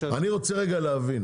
אני רוצה להבין,